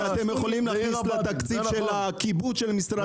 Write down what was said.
את זה אתם יכולים להכניס לתקציב הכיבוד של משרד התחבורה?